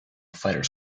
fighter